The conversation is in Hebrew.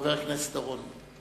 חבר הכנסת אורון.